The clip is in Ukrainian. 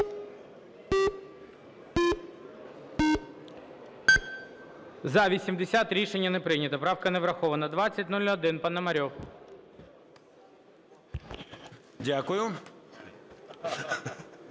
За-80 Рішення не прийнято. Правка не врахована. 2001, Пономарьов.